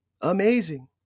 Amazing